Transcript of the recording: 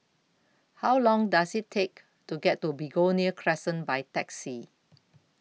How Long Does IT Take to get to Begonia Crescent By Taxi